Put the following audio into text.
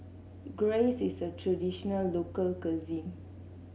gyros is a traditional local cuisine